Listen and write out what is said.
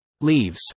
Leaves